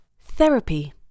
Therapy